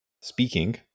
speaking